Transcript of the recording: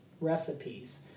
recipes